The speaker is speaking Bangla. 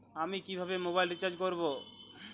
আমি কিভাবে মোবাইল রিচার্জ করব?